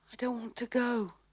to to go